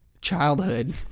Childhood